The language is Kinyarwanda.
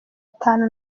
itanu